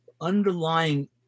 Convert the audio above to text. underlying